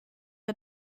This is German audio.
der